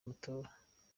amatora